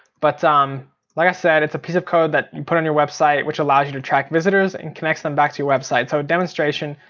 but um like i said it's a piece of code that you put on your website which allows you to track visitors and connects them back to your website. so a demonstration,